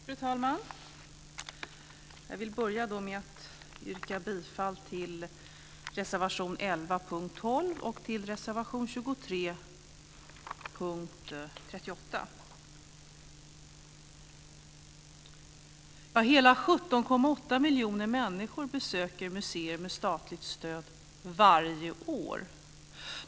Fru talman! Jag vill börja med att yrka bifall till reservation 11 under punkt 12 och till reservation 23 Hela 17,8 miljoner människor besöker varje år museer med statligt stöd.